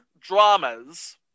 dramas